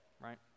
right